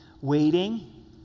Waiting